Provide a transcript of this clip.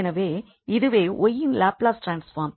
எனவே இதுவே y இன் லாப்லாஸ் ட்ரான்ஸ்பார்ம்